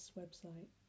website